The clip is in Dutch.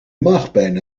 maagpijn